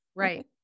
Right